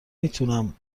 میتونم